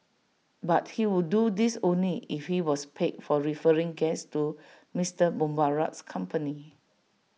but he would do this only if he was paid for referring guests to Mister Mubarak's company